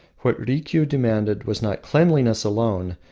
what rikiu demanded was not cleanliness alone,